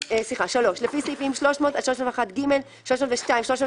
"3.לפי סעיפים 300 עד 301ג, 302, 303,